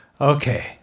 Okay